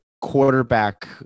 quarterback